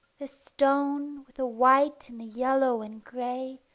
the stone, with the white and the yellow and grey,